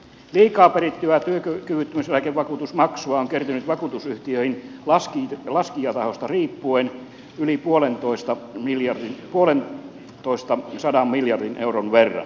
liikaa perittyä työkyvyttömyyseläkevakuutusmaksua on kertynyt vakuutusyhtiöihin laskijatahosta riippuen yli puolentoista sadan miljardin euron verran